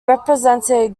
represented